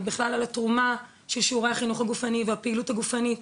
בכלל על התרומה של שיעורי החינוך הגופני והפעילות הגופנית,